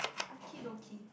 okie dokie